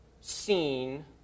seen